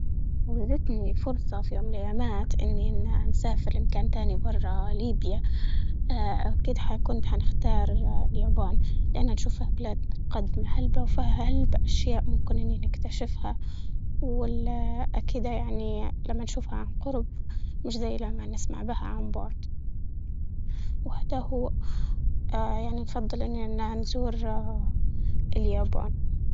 لوجدني فرصة في يوم من الأيام إني أسافر أن كان تاني برا ليبيا اه كنت حنختار لعبان، لانه متقدمة علبة وفيها علبة أشياء ممكن اني نكتشفها، أكيد يعني لما نشوفها عن قرب مش زي لما نخمع بها عن.